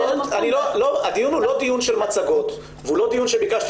מקום --- הדיון הוא לא דיון של מצגות והוא לא דיון שביקשתי